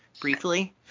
briefly